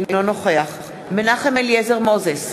אינו נוכח מנחם אליעזר מוזס,